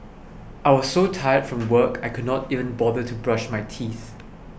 I was so tired from work I could not even bother to brush my teeth